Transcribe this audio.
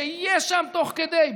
שיהיה שם תוך כדי.